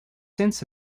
since